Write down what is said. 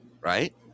right